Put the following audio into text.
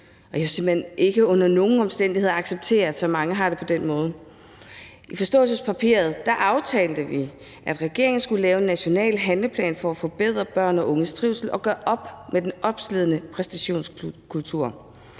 jeg kan simpelt hen ikke under nogen omstændigheder acceptere, at så mange har det på den måde. I forståelsespapiret aftalte vi, at regeringen skulle lave en national handleplan for at forbedre børn og unges trivsel og gøre op med den opslidende præstationskultur.